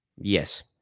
Yes